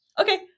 Okay